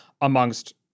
amongst